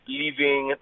leaving